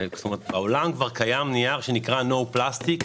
בעולם כבר קיים נייר שנקרא No plastic.